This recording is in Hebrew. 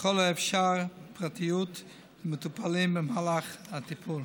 ככל האפשר פרטיות למטופלים במהלך הטיפול.